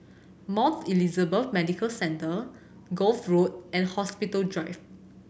Mount Elizabeth Medical Centre Gul Road and Hospital Drive